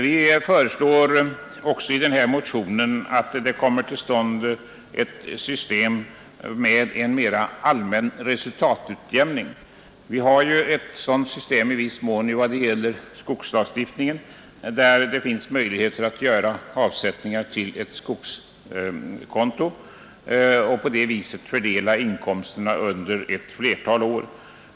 Vi föreslår i motionen också ett system med en mera allmän resultatutjämning. Vi har i viss mån ett sådant system vad gäller skogslagstiftningen, där det finns möjlighet att göra avsättningar till ett skogskonto och på det viset fördela inkomsterna över ett flertal år.